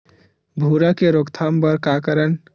भूरा के रोकथाम बर का करन?